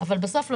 אבל בסוף להגיד: